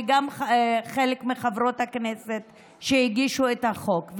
וגם חלק מחברות הכנסת הגישו את החוק,